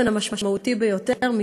באופן המשמעותי ביותר,